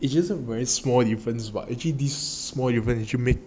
it isn't very small difference but actually this small even if you make